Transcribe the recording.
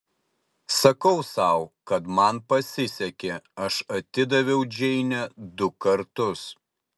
sakau sau kad man pasisekė aš atidaviau džeinę du kartus